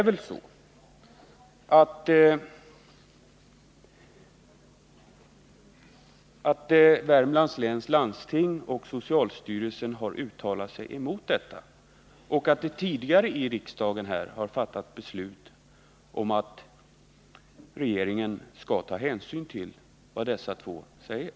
Värmlands läns landsting och socialstyrelsen har uttalat sig mot detta. Tidigare har det i riksdagen fattats beslut om att regeringen skall ta hänsyn till vad dessa båda instanser säger.